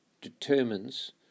determines